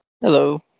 Hello